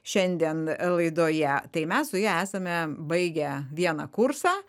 šiandien laidoje tai mes su ja esame baigę vieną kursą